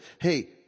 hey